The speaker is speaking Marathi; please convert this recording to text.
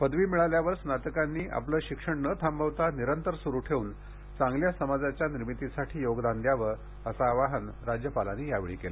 पदवी मिळाल्यावर स्नातकांनी आपले शिक्षण न थांबवता निरंतर सुरू ठेवून चांगल्या समाजाच्या निर्मितीसाठी योगदान द्यावे असे आवाहन राज्यपालांनी यावेळी केले